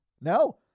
No